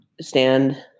stand